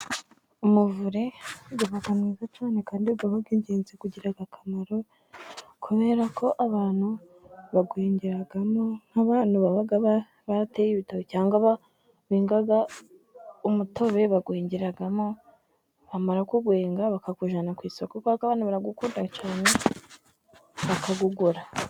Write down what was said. Umuvure uba mwiza cyane, kandi uba uw'ingenzi ugira akamaro, kubera ko abantu bawengeramo, nk'abantu baba barateye ibitoki, cyangwa benga umutobe bawengeramo bamara kuwenga bakawujyana ku isoko. Kubera ko abantu barawukunda cyane bakawugura.